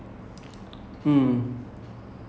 err restaurant also so far